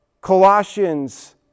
Colossians